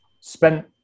spent